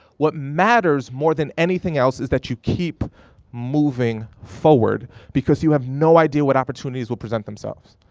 what matters more than anything else is that you keep moving forward because you have no idea what opportunities will present themselves.